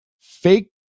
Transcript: fake